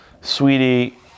sweetie